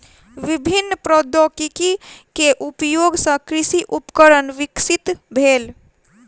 विभिन्न प्रौद्योगिकी के उपयोग सॅ कृषि उपकरण विकसित भेल